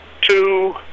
two